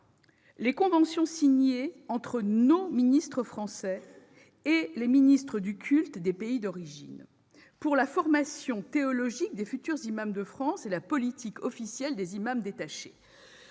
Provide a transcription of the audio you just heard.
les conventions signées entre nos ministres français et les ministres du culte de pays étrangers pour la formation théologique des futurs imams de France et la politique officielle des imams détachés.